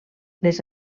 les